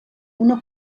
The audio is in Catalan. una